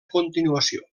continuació